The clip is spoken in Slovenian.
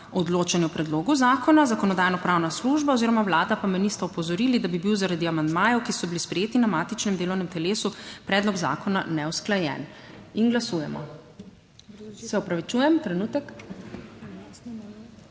odločanje o predlogu zakona. Zakonodajno-pravna služba oziroma Vlada me nista opozorili, da bi bil zaradi amandmajev, ki so bili sprejeti na matičnem delovnem telesu predlog zakona neusklajen. Glasujemo. / oglašanje iz